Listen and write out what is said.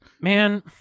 man